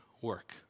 work